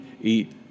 eat